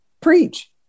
preach